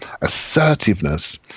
assertiveness